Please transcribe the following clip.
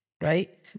right